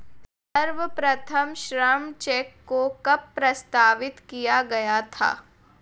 सर्वप्रथम श्रम चेक को कब प्रस्तावित किया गया था?